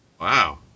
Wow